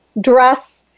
dress